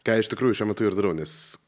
ką iš tikrųjų šiuo metu ir darau nes